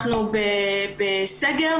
אנחנו בסגר,